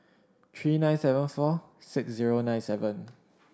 three nine seven four six zero nine seven